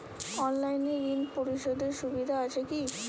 অনলাইনে ঋণ পরিশধের সুবিধা আছে কি?